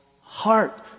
heart